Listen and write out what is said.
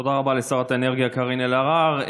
תודה רבה לשרת האנרגיה קארין אלהרר.